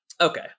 Okay